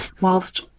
whilst